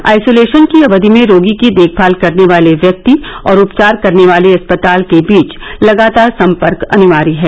isolation की अवधि में रोगी की देखभाल करने वाले व्यक्ति और उपचार करने वाले अस्पताल के बीच लगातार सम्पर्क अनिवार्य है